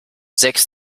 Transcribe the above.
sechs